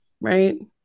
Right